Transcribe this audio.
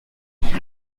mich